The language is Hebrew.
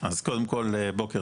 אז קודם כל בוקר